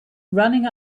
running